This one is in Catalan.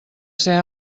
ser